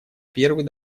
первый